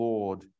Lord